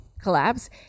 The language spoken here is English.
collapse